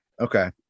okay